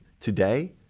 today